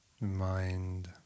mind